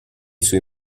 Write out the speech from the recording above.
suoi